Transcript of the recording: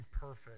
perfect